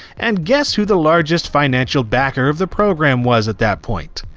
and guess who the largest financial backer of the program was at that point!